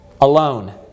Alone